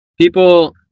people